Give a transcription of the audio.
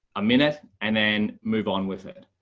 a minute and then move on with it.